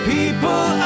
People